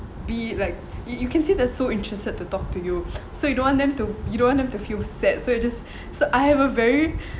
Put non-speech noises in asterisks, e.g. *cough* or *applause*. be like you you can see they're so interested to talk to you *breath* so you don't want them to you don't want them to feel sad so you just *breath* so I have a very *breath*